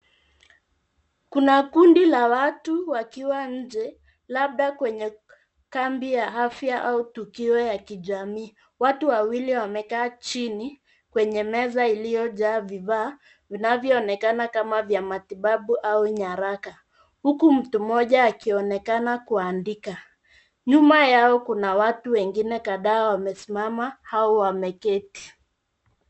Kuna kundi la watu wakiwa nje labda kwenye kambi ya afya au tukio ya kijamii. Watu wawili wamekaa chini kwenye meza iliojaa bidhaa vinavyonekana kama vya matibabu au nyaraka, uku mtu mmoja akionekana kuandika. Nyuma yao kuna watu wengine kadhaa wamesimama au wameketi.